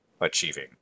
achieving